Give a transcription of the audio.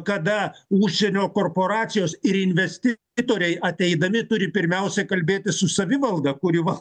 kada užsienio korporacijos ir investitoriai ateidami turi pirmiausia kalbėtis su savivalda kuri va